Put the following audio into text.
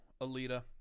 Alita